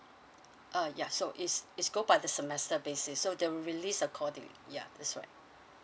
uh ya so is it's go by the semester basis so they release accordingly ya that's right